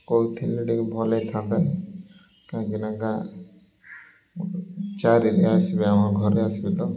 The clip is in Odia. କହିଥିଲେ ଟିକିଏ ଭଲ ହୋଇଥାନ୍ତା କାହିଁକିନା ଗାଁ ଚାରିରେ ଆସିବେ ଆମ ଘରେ ଆସିବେ ତ